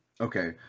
Okay